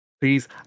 Please